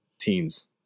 teens